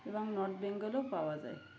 এবং নর্থ বেঙ্গলেও পাওয়া যায়